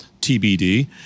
TBD